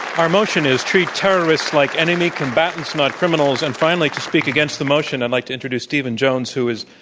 our motion is treat terrorists like enemy combatants, not criminals, and finally to speak against the motion, i'd like to introduce stephen jones who is